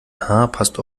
passt